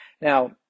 Now